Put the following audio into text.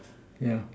yeah